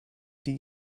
die